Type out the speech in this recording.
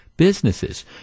businesses